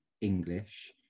English